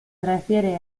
refiere